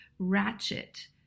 ratchet